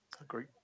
Agree